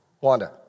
Wanda